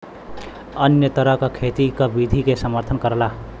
अन्य तरह क खेती क विधि के समर्थन करला